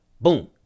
boom